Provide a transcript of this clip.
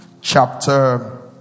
chapter